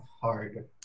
hard